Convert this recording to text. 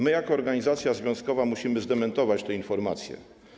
My jako organizacja związkowa musimy zdementować te informacje.